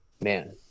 man